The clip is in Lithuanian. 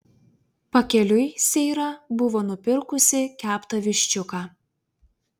pakeliui seira buvo nupirkusi keptą viščiuką